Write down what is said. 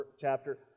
chapter